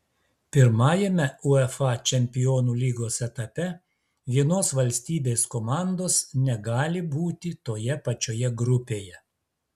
pirmajame uefa čempionų lygos etape vienos valstybės komandos negali būti toje pačioje grupėje